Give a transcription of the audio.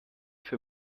für